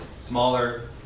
smaller